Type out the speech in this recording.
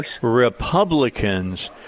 Republicans